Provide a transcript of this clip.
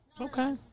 Okay